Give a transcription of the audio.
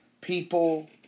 people